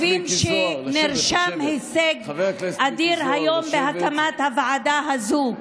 לכל אלה שחושבים שנרשם הישג אדיר היום בהקמת הוועדה הזאת,